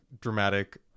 dramatic